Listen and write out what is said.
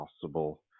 possible